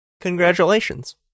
Congratulations